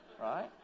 Right